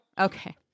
Okay